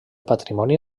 patrimoni